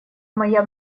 моя